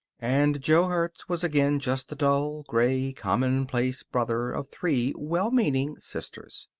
and jo hertz was again just the dull, gray, commonplace brother of three well-meaning sisters.